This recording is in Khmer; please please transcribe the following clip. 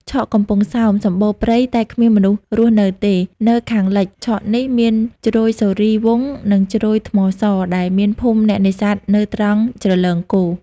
ឆកកំពង់សោម សំបូរព្រៃ តែគ្មានមនុស្សរស់នៅទេ នៅខាងលិច ឆកនេះ មានជ្រោយសូរីយ៍វង្ស និងជ្រោយថ្មស ដែលមានភូមិអ្នកនេសាទនៅត្រង់ ជ្រលងគោ ។